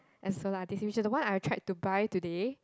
as solo artist which is the one I tried to buy today